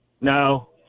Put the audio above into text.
No